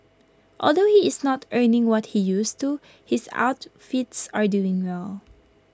although he is not earning what he used to his outfits are doing well